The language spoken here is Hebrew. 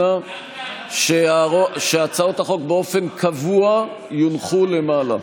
אנא, שהצעות החוק באופן קבוע יונחו למעלה.